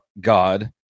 God